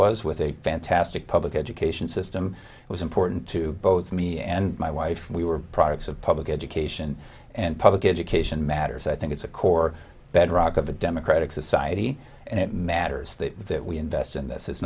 was with a fantastic public education system was important to both me and my wife we were products of public education and public education matters i think it's a core bedrock of a democratic society and it matters that that we invest in th